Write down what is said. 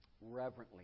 reverently